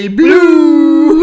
blue